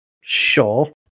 Sure